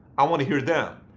i want to hear them.